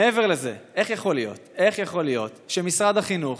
מעבר לזה איך יכול להיות שמשרד החינוך